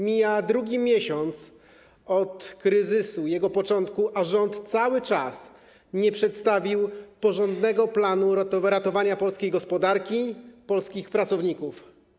Mija drugi miesiąc od kryzysu, jego początku, a rząd cały czas nie przedstawił porządnego planu wyratowania polskiej gospodarki, polskich pracowników.